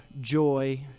joy